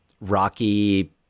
Rocky